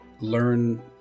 learn